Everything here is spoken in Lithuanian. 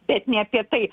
bet ne apie tai